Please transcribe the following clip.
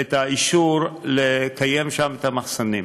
את האישור לקיים שם את המחסנים.